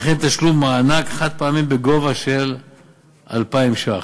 ותשלום מענק חד-פעמי בגובה 2,000 ש"ח.